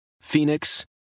Phoenix